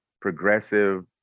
progressive